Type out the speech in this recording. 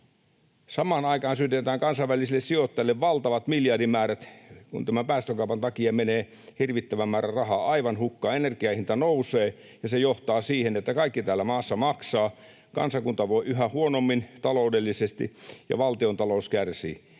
Samaan aikaan syydetään kansainvälisille sijoittajille valtavat miljardimäärät, kun tämän päästökaupan takia menee hirvittävä määrä rahaa aivan hukkaan. Energian hinta nousee, ja se johtaa siihen, että kaikki täällä maassa maksaa, kansakunta voi yhä huonommin taloudellisesti ja valtiontalous kärsii.